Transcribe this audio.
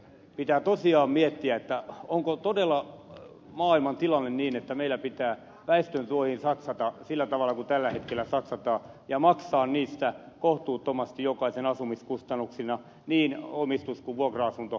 pitää tosiaan miettiä onko todella maailman tilanne sellainen että meillä pitää väestönsuojiin satsata sillä tavalla kuin tällä hetkellä satsataan ja maksaa niistä kohtuuttomasti jokaisen asumiskustannuksina niin omistus kuin vuokra asuntopuolellakin